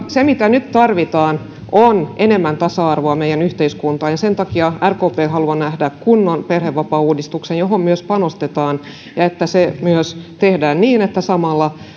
se mitä nyt tarvitaan on enemmän tasa arvoa meidän yhteiskuntaan ja sen takia rkp haluaa nähdä kunnon perhevapaauudistuksen johon myös panostetaan ja että se myös tehdään niin että samalla